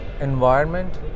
environment